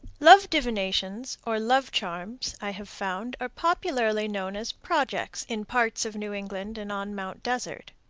love divinations or love charms, i have found, are popularly known as projects in parts of new england and on mt. desert.